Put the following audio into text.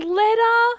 letter